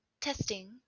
Testing